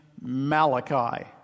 Malachi